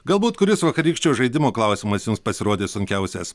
galbūt kuris vakarykščio žaidimo klausimas jums pasirodė sunkiausias